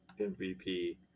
MVP